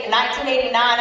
1989